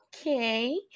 okay